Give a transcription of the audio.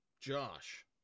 Josh